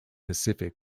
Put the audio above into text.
pacific